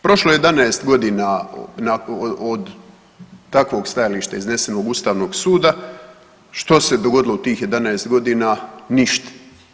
Prošlo je 11 godina od takvog stajališta iznesenog Ustavnog suda, što se dogodilo u tih 11 godina, ništa.